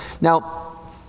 Now